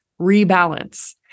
rebalance